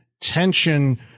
tension